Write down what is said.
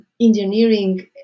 engineering